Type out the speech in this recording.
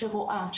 שרואה,